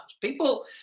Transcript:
People